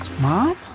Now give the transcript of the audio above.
Mom